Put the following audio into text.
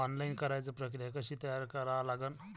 Online कराच प्रक्रिया कशी करा लागन?